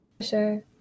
sure